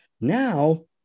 Now